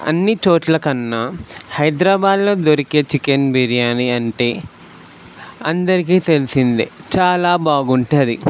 అన్ని చోట్ల కన్నా హైదరాబాద్లొ దొరికే చికెన్ బిర్యాని అంటే అందరికీ తెలిసింది చాలా బాగుంటుంది